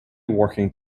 working